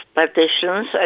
petitions